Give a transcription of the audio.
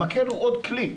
המקל הוא עוד כלי,